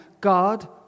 God